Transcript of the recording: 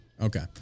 Okay